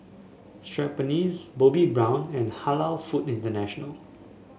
Schweppes Bobbi Brown and Halal Food International